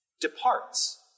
departs